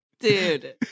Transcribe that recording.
Dude